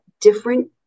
different